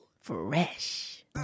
Fresh